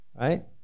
right